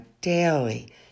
daily